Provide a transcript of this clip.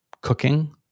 cooking